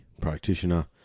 practitioner